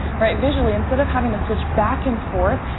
righ visually instead of having to switch back and forth,